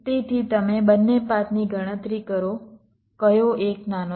તેથી તમે બંને પાથની ગણતરી કરો કયો એક નાનો છે